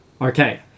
okay